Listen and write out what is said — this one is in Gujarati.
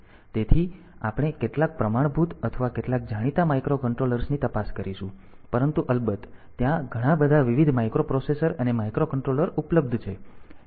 તેથી આપણે કેટલાક પ્રમાણભૂત અથવા કેટલાક જાણીતા માઇક્રોકન્ટ્રોલર્સની તપાસ કરીશું પરંતુ અલબત્ત ત્યાં ઘણા બધા વિવિધ માઇક્રોપ્રોસેસર અને માઇક્રોકન્ટ્રોલર ઉપલબ્ધ છે